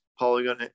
Polygon